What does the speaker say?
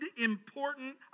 important